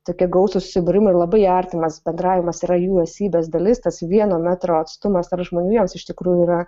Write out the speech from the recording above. tokie gausūs susibūrimai ir labai artimas bendravimas yra jų esybės dalis tas vieno metro atstumas tarp žmonių jiems iš tikrųjų yra